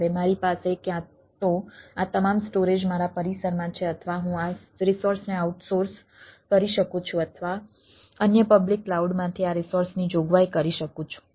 હવે મારી પાસે ક્યાં તો આ તમામ સ્ટોરેજ મારા પરિસરમાં છે અથવા હું આ રિસોર્સને આઉટસોર્સ કરી શકું છું અથવા અન્ય પબ્લિક કલાઉડમાંથી આ રિસોર્સની જોગવાઈ કરી શકું છું